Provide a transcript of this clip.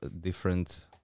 different